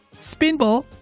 spinball